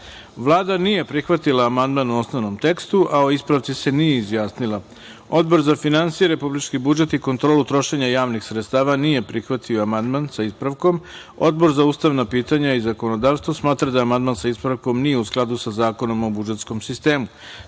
nije prihvatila amandman u osnovnom tekstu, a o ispravci se nije izjasnila. Odbor za finansije, republički budžet i kontrolu trošenja javnih sredstava nije prihvatio amandman, sa ispravkom. Odbor za ustavna pitanja i zakonodavstvo smatra da amandman, sa ispravkom, nije u skladu sa Zakonom o budžetskom sistemu. Stavljam